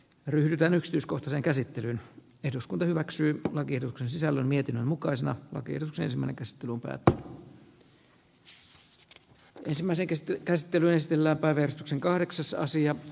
ryhdytään yksityiskohtien käsittelyyn eduskunta hyväksyy lakituksen sisällä mietinnön mukaisina keto keskenään ja sen takia ollaan tässä nyt